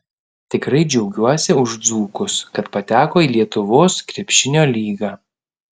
tikrai džiaugiuosi už dzūkus kad pateko į lietuvos krepšinio lygą